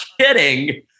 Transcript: kidding